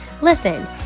listen